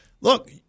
Look